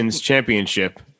Championship